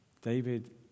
David